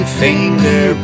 finger